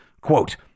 quote